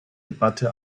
debatte